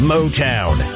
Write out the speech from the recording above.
Motown